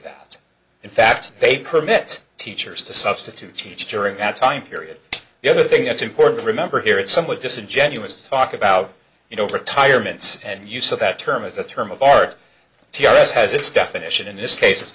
that in fact they permit teachers to substitute teach during that time period the other thing that's important to remember here it's somewhat disingenuous to talk about you know retirements and use of that term as a term of art t r s has its definition in this case